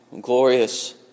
glorious